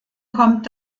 kommt